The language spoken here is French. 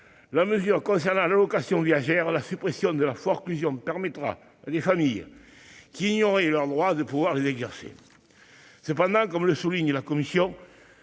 la mesure relative à l'allocation viagère : la suppression de la forclusion permettra à des familles qui ignoraient leurs droits de les exercer. Toutefois, comme le souligne la commission,